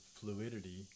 fluidity